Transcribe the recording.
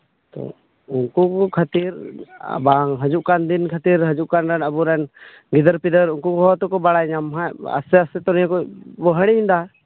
ᱩᱱᱠᱩ ᱫᱚ ᱠᱷᱟᱴᱤ ᱵᱟᱝ ᱦᱤᱡᱩᱜ ᱠᱟᱱ ᱫᱤᱱ ᱠᱷᱟᱹᱛᱤᱨ ᱦᱤᱡᱩᱜ ᱠᱟᱱ ᱟᱵᱳᱨᱮᱱ ᱜᱤᱫᱟᱹ ᱯᱤᱫᱟᱹᱨ ᱩᱱᱠᱩ ᱠᱚᱦᱚᱸ ᱛᱚᱠᱚ ᱵᱟᱲᱟᱭ ᱧᱟᱢᱟ ᱦᱟᱜ ᱟᱥᱛᱮ ᱟᱥᱛᱮ ᱞᱟᱹᱭ ᱟᱠᱚ ᱦᱤᱲᱤᱧᱫᱟ